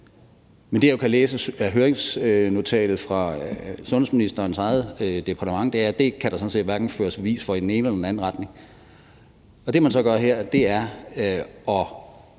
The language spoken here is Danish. Men det, jeg jo kan læse af høringsnotatet fra sundhedsministerens eget departement, er, at det kan der sådan set hverken føres bevis for i den ene eller den anden retning. Det, man så gør her, er at